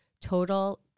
total